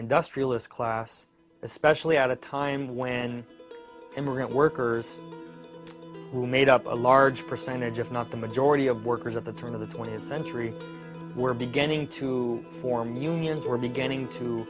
industrialists class especially at a time when immigrant workers who made up a large percentage of not the majority of workers of the turn of the twentieth century were beginning to form unions were beginning to